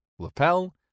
lapel